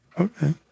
Okay